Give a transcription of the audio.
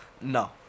No